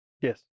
Yes